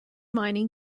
mining